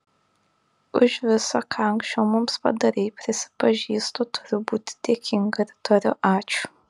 už visa ką anksčiau mums padarei prisipažįstu turiu būti dėkinga ir tariu ačiū